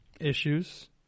issues